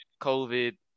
COVID